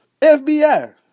FBI